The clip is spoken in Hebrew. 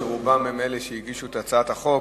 שרובם הם אלה שהגישו את הצעת החוק,